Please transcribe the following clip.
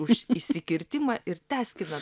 už įsikirtimą ir tęskime